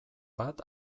bat